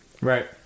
right